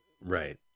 Right